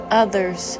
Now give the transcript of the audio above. others